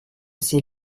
ses